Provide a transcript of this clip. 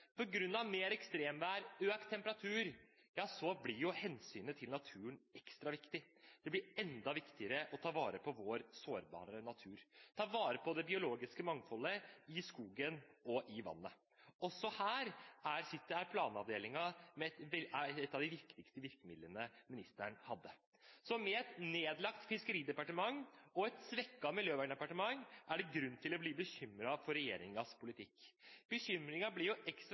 mer ekstremvær og økt temperatur, ja, så blir hensynet til naturen ekstra viktig. Det blir enda viktigere å ta vare på vår sårbare natur og ta vare på det biologiske mangfoldet i skogen og i vannet. Også her var planavdelingen et av de viktigste virkemidlene ministeren hadde. Med et nedlagt fiskeridepartement og et svekket miljødepartement er det grunn til å bli bekymret for regjeringens politikk. Bekymringen blir ekstra